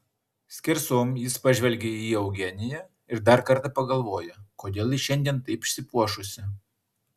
skersom jis pažvelgia į eugeniją ir dar kartą pagalvoja kodėl ji šiandien taip išsipuošusi